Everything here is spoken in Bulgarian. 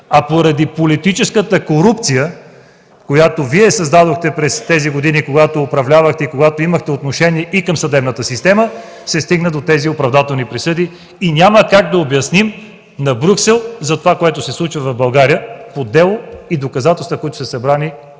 а поради политическата корупция, която Вие създадохте през тези години, когато управлявахте и когато имахте отношение и към съдебната система, се стигна до тези оправдателни присъди. Няма как да обясним на Брюксел това, което се случва в България по дело и доказателства, събрани